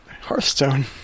Hearthstone